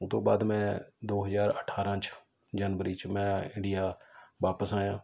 ਉਹ ਤੋਂ ਬਾਅਦ ਮੈਂ ਦੋ ਹਜ਼ਾਰ ਅਠਾਰ੍ਹਾਂ 'ਚ ਜਨਵਰੀ 'ਚ ਮੈਂ ਇੰਡੀਆ ਵਾਪਸ ਆਇਆ